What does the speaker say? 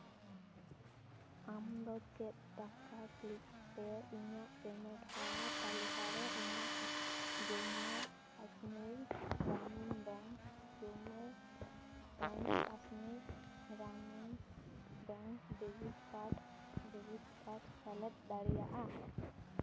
ᱟᱢ ᱫᱚ ᱪᱮᱫ ᱴᱟᱠᱟ ᱠᱞᱤᱠ ᱨᱮ ᱤᱧᱟᱹᱜ ᱯᱮᱢᱮᱱᱴ ᱦᱚᱨᱟ ᱛᱟᱹᱞᱤᱠᱟ ᱨᱮ ᱤᱧᱟᱹᱜ Jammu Kashmir Gramin bank Jammu and Kashmir Gramin bank debit card debit card ᱥᱮᱞᱮᱫ ᱫᱟᱲᱮᱭᱟᱜᱼᱟᱢ